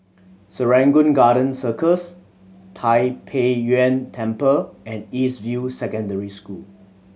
Serangoon Garden Circus Tai Pei Yuen Temple and East View Secondary School